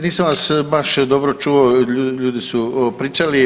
Nisam vas baš dobro čuo, ljudi su pričali.